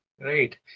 right